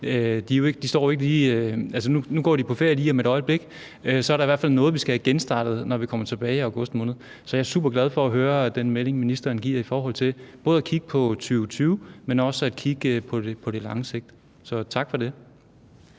nu går de jo på ferie lige om et øjeblik – i hvert fald noget, vi skal have genstartet, når de kommer tilbage i august måned. Så jeg er superglad for at høre den melding, ministeren kommer med, både i forhold til at kigge på 2020, men også at kigge på det lange sigt. Så tak for det.